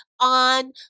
on